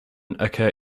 occur